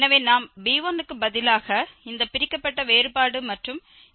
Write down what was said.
எனவே நாம் b1 க்கு பதிலாக இந்த பிரிக்கப்பட்ட வேறுபாடு மற்றும் fx0b0 என கொள்கிறோம்